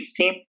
Team